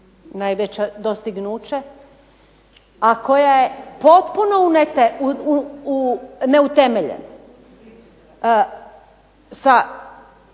najveće dostignuće, a koja je potpuno neutemeljena sa